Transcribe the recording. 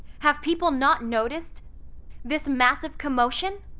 have people not noticed this massive commotion?